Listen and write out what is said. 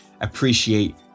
appreciate